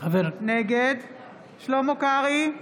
נגד שלמה קרעי,